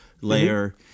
layer